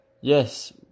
Yes